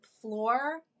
floor